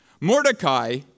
Mordecai